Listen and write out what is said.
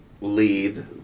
lead